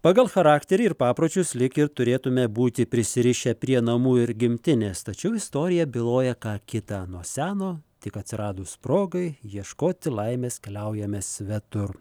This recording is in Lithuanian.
pagal charakterį ir papročius lyg ir turėtume būti prisirišę prie namų ir gimtinės tačiau istorija byloja ką kita nuo seno tik atsiradus progai ieškoti laimės keliaujame svetur